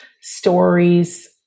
stories